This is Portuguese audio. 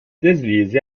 deslize